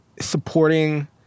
supporting